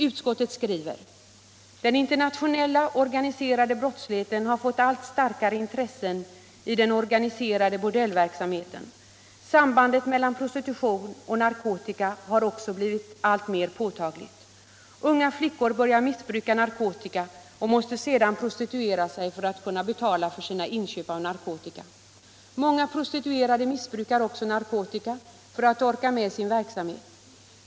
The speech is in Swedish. Utskottet skriver: ”Den internationella organiserade brottsligheten har fått allt starkare intressen i den organiserade bordellverksamheten. Sambandet meltlan prostitution och narkotika har också blivit alltmer påtagligt. Unga flickor börjar missbruka narkotika och måste sedan prostituera sig för att kunna betala för sina inköp av narkotika. Många prostituerade missbrukar också narkotika för att orka med sin verksamhet.